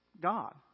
God